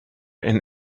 and